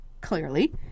Clearly